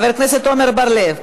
חבר הכנסת עמר בר-לב,